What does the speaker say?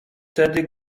wtedy